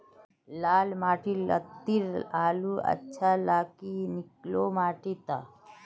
लाल माटी लात्तिर आलूर अच्छा ना की निकलो माटी त?